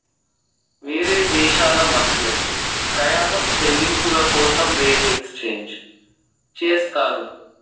వేరే దేశాల మధ్య ప్రయాణం చెల్లింపుల కోసం రేట్ ఎక్స్చేంజ్ చేస్తారు